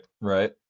Right